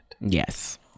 Yes